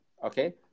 Okay